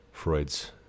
Freud's